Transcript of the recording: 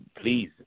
please